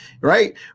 right